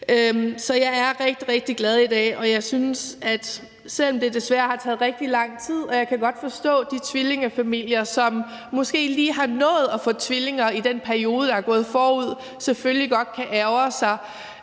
Så jeg er rigtig, rigtig glad i dag, selv om det desværre har taget rigtig lang tid, og jeg kan godt forstå, at de tvillingefamilier, som måske lige har nået at få tvillinger i den periode, der er gået forud, selvfølgelig godt kan ærgre sig.